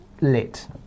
lit